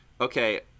Okay